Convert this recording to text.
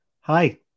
Hi